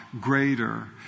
greater